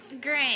great